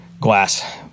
glass